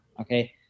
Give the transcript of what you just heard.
okay